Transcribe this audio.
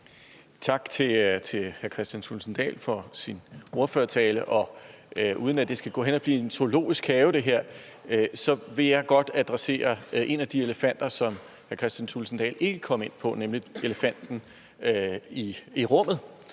Tak til hr. Kristian Thulesen Dahl for ordførertalen. Uden at det her skal gå hen og blive en zoologisk have vil jeg godt adressere en af de elefanter, som hr. Kristian Thulesen Dahl ikke kom ind på, nemlig elefanten i rummet: